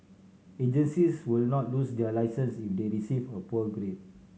agencies will not lose their licence if they receive a poor grade